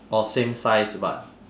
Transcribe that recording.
or same size but